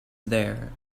there